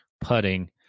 putting